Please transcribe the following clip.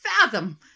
fathom